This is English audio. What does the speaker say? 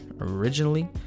originally